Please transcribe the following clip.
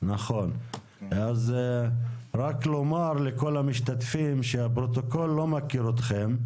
רק לומר לכל המשתתפים שהפרוטוקול לא מכיר אתכם,